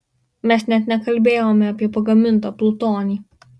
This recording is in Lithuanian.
mes net nekalbėjome apie pagamintą plutonį